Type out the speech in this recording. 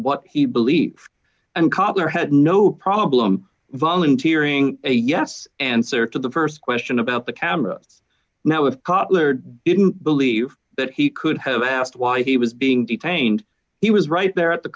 what he believed and cobbler had no problem volunteering a yes answer to the st question about the camera now of cotler didn't believe that he could have asked why he was being detained he was right there at the